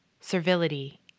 servility